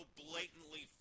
blatantly